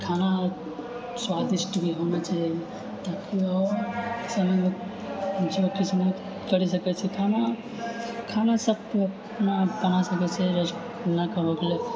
खाना स्वादिष्ट भी होना चाहिए आओर सभ लोक करि सकै छी खाना खाना सभ कोइ अपना बना सकै छै जेनाकि भऽ गेलै